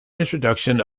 introduction